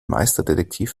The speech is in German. meisterdetektiv